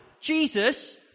Jesus